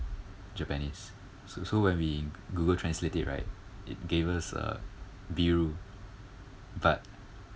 japanese so so when we google translate it right it gave us uh biru but